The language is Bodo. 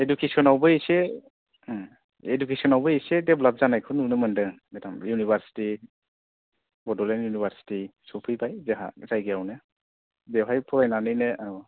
इडुकेसनावबो एसे इडुकेसनावबो एसे डेभेलाप जानायखौ नुनो मोनदों मेडाम इउनिभारचिटि बड'लेण्ड इउनिभारचिटि सौफैबाय जोहा जायगायावनो बेवहाय फरायनानैनो औ